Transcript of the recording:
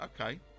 okay